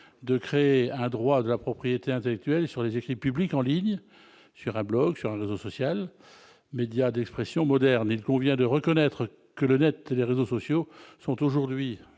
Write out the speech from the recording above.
de créer un droit de la propriété intellectuelle sur les écrits publics en ligne sur un blog sur un réseau social média d'expression moderne, il convient de reconnaître que le Net et les réseaux sociaux sont aujourd'hui